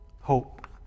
Hope